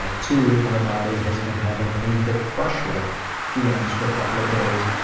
ah too, my body has been having painful crush-like feelings for a couple of days,